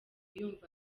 yumva